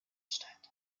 statt